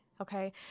Okay